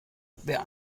wer